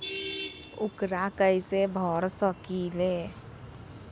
ऊकरा कैसे भर सकीले?